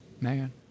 Man